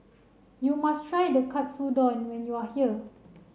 you must try the Katsudon when you are here